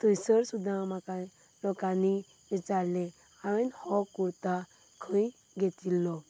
थंयसर सुद्दां म्हाका लोकांनी म्हाका विचारलें हांवें हो कुर्ता खंय घेतिल्लो